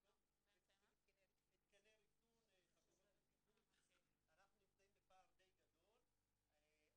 אנחנו בעצם בנינו פה חבילה של פעילויות שעוסקות